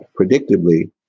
predictably